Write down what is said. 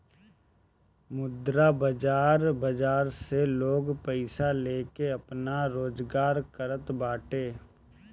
मुद्रा बाजार बाजार से लोग पईसा लेके आपन रोजगार करत बाटे